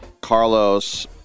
Carlos